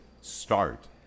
start